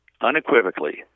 unequivocally